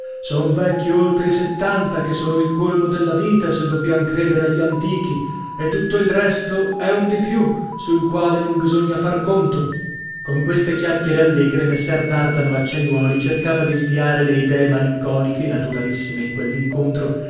son vecchio oltre i settanta che sono il colmo della vita se dobbiam credere agli antichi e tutto il resto è un di più sul quale non bisogna far conto con queste chiacchiere allegre messer dardano acciaiuoli cercava di sviare le idee malinconiche naturalissime in quell'incontro